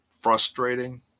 frustrating